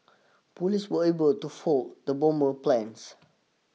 police were able to foil the bomber's plans